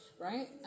Right